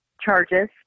charges